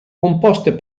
composte